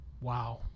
Wow